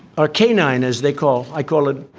a canine as they call i call it.